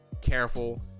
careful